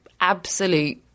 absolute